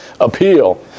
appeal